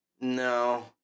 No